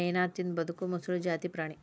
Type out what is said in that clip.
ಮೇನಾ ತಿಂದ ಬದಕು ಮೊಸಳಿ ಜಾತಿ ಪ್ರಾಣಿ